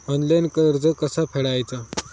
Online कर्ज कसा फेडायचा?